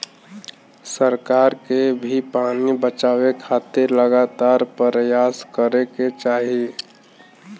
सरकार के भी पानी बचावे खातिर लगातार परयास करे के चाही